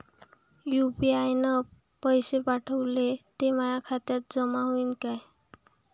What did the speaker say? UPI न पैसे पाठवले, ते माया खात्यात जमा होईन का?